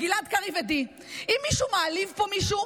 גלעד קריב עדי: אם מישהו מעליב פה מישהו,